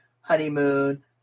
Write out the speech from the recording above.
honeymoon